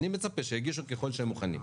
אני מצפה שיגישו ככל שהם מוכנים.